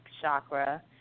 chakra